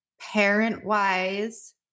parent-wise